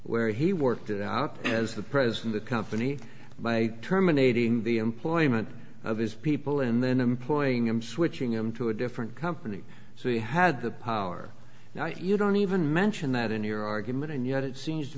where he worked it out as the present the company by terminating the employment of his people and then employing him switching him to a different company so he had the power now you don't even mention that in your argument and yet it seems to